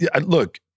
look